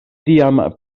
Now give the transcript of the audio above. tiam